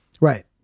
Right